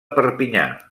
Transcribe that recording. perpinyà